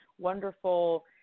wonderful